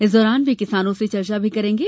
इस दौरान वे किसानों से भी चर्चा करेंगे